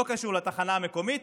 לא קשור לתחנה המקומית,